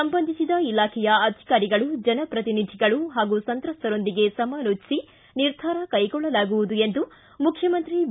ಸಂಬಂದಿಸಿದ ಇಲಾಖೆಯ ಅಧಿಕಾರಿಗಳು ಜನ ಪ್ರತಿನಿಧಿಗಳು ಹಾಗೂ ಸಂತ್ರಸ್ಥರೊಂದಿಗೆ ಸಮಾಲೋಚಿಸಿ ನಿರ್ಧಾರ ಕೈಗೊಳ್ಳಲಾಗುವುದು ಎಂದು ಮುಖ್ಯಮಂತ್ರಿ ಬಿ